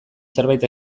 zerbait